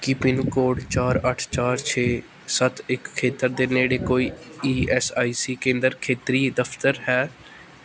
ਕੀ pin code ਚਾਰ ਅੱਠ ਚਾਰ ਛੇ ਸੱਤ ਇੱਕ ਖੇਤਰ ਦੇ ਨੇੜੇ ਕੋਈ ਈ ਐੱਸ ਆਈ ਸੀ ਕੇਂਦਰ ਖੇਤਰੀ ਦਫ਼ਤਰ ਹੈ